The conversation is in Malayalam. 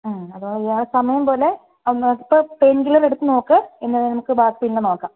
ഉം അതോ ഇയാളുടെ സമയം പോലെ ഒന്ന് ഇപ്പം പെയിന് കില്ലർ എടുത്ത് നോക്ക് എന്നിട്ട് നമുക്ക് ബാക്കി പിന്നെ നോക്കാം